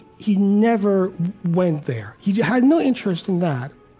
he never went there. he had no interest in that.